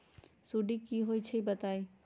सुडी क होई छई बताई?